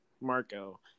Marco